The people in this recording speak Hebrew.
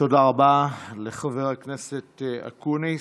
תודה רבה לחבר הכנסת אקוניס.